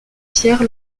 pierre